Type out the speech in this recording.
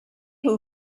who